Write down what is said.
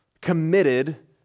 committed